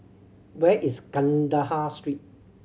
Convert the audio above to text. where is Kandahar Street